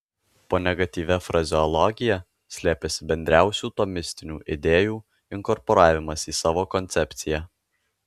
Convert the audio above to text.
po negatyvia frazeologija slėpėsi bendriausių tomistinių idėjų inkorporavimas į savo koncepciją